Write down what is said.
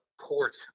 port